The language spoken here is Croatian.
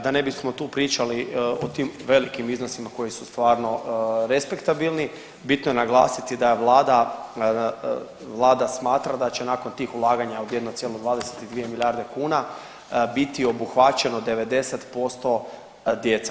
Da ne bismo tu pričali o tim velikim iznosima koji su stvarno respektabilni, bitno je naglasiti da Vlada, Vlada smatra da će nakon tih ulaganja od 1,22 milijarde kuna biti obuhvaćeno 90% djece.